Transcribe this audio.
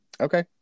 okay